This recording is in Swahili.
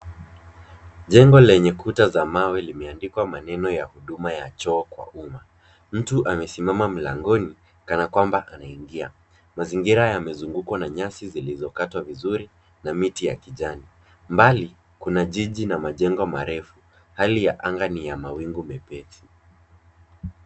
Jengo lenye kuta za mawe limeandikwa maneno ya huduma ya choo kwa umma. Mtu amesimama mlangoni kana kwamba anaingia. Mazingira yamezungukwa na nyasi zilizokatwa vizuri na miti ya kijani. Mbali kuna jiji na majengo marefu. Hali ya anga ni ya mawingu mepesi.